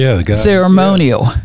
ceremonial